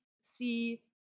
see